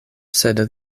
sed